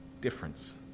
difference